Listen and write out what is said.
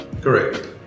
Correct